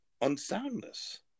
unsoundness